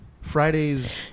Friday's